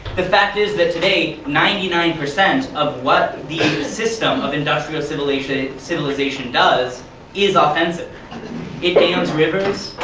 the fact is that today, ninety nine percent of what the system of industrial civilization civilization does is ah offensive it dams rivers,